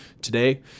Today